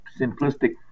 simplistic